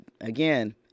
again